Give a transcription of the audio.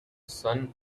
sun